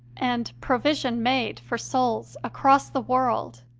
and provision made for souls across the world.